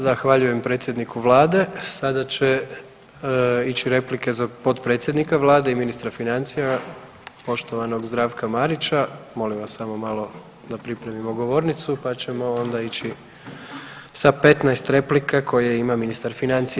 Zahvaljujem predsjedniku Vlade, sada će ići replike za potpredsjednika Vlade i ministra financija, poštovanog Zdravka Marića, molim vas samo malo da pripremimo govornicu, pa ćemo onda ići sa 15 replika koje ima ministar financija.